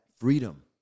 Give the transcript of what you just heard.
freedom